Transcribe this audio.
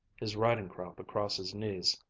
his riding-crop across his knees.